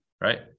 right